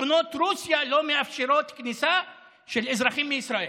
שלטונות רוסיה לא מאפשרים כניסה של אזרחים מישראל.